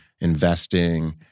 Investing